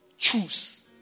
Choose